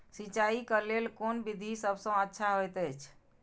सिंचाई क लेल कोन विधि सबसँ अच्छा होयत अछि?